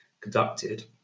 conducted